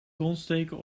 donsdeken